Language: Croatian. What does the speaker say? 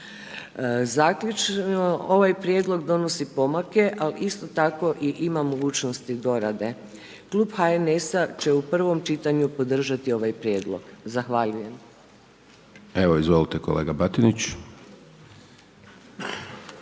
Zaključno ovaj prijedlog donosi pomake ali isto tako i ima mogućnosti dorade. Klub HNS-a će u prvom čitanju podržati ovaj prijedlog. Zahvaljujem. **Hajdaš Dončić, Siniša